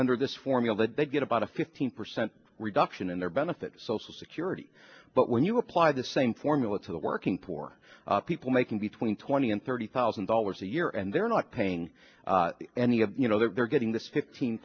under this formula they get about a fifteen percent reduction in their benefits social security but when you apply the same formula to the working poor people making between twenty and thirty thousand dollars a year and they're not paying any of you know they're getting this fifteen